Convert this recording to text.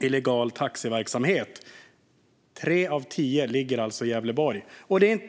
illegal taxiverksamhet ligger alltså i Gävleborg.